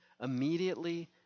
immediately